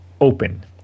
open